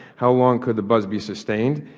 how long could the buzz be sustained,